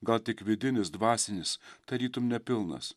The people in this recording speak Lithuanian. gal tik vidinis dvasinis tarytum nepilnas